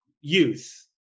youth